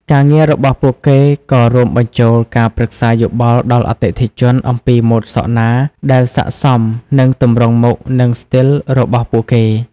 ការងាររបស់ពួកគេក៏រួមបញ្ចូលការប្រឹក្សាយោបល់ដល់អតិថិជនអំពីម៉ូដសក់ណាដែលស័ក្តិសមនឹងទម្រង់មុខនិងស្ទីលរបស់ពួកគេ។